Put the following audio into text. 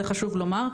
זה חשוב לומר.